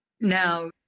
Now